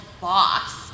boss